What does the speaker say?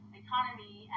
economy